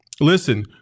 listen